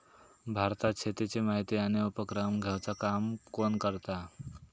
भारतात शेतीची माहिती आणि उपक्रम घेवचा काम कोण करता?